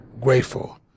grateful